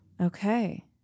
Okay